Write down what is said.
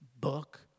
book